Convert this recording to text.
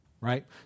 right